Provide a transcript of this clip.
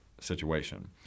situation